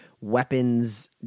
weapons